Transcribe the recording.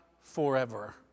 forever